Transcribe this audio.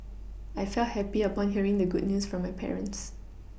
I felt happy upon hearing the good news from my parents